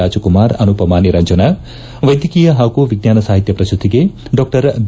ರಾಜಕುಮಾರ್ ಅನುಪಮ ನಿರಂಜನ ವೈದ್ಯಕೀಯ ಹಾಗೂ ವಿಜ್ಞಾನ ಸಾಹಿತ್ಯ ಪ್ರಶಸ್ತಿಗೆ ಡಾ ಬಿ